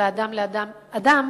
אלא אדם לאדם אדם,